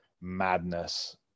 madness